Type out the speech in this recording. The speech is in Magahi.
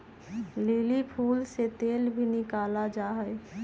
लिली फूल से तेल भी निकाला जाहई